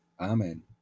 Amen